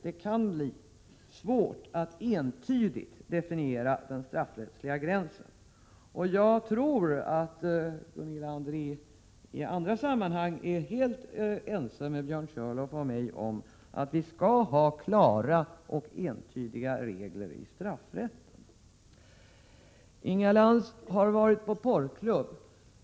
Det kan bli svårt att entydigt definiera den straffrättsliga gränsen. Jag tror att Gunilla André i andra sammanhang är helt ense med Björn Körlof och mig om att vi skall ha klara och entydiga regler i straffrätten. Inga Lantz har varit på porrklubb.